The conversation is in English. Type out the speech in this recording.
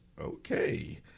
Okay